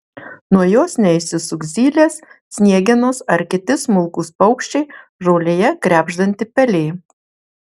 nuo jos neišsisuks zylės sniegenos ar kiti smulkūs paukščiai žolėje krebždanti pelė